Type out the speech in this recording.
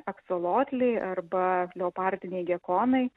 aksolotliai arba leopardiniai gekonai